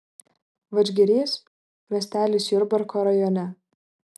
vadžgirys miestelis jurbarko rajone